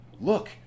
look